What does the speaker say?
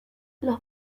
los